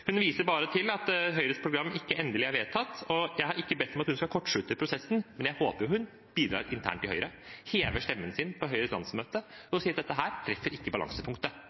Hun viser bare til at Høyres program ikke er endelig vedtatt. Jeg har ikke bedt om at hun skal kortslutte prosessen, men jeg håper hun bidrar internt i Høyre, hever stemmen sin på Høyres landsmøte og sier at dette ikke treffer balansepunktet. Dette treffer ikke